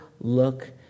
look